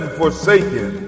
forsaken